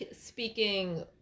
speaking